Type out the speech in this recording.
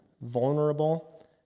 vulnerable